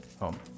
Home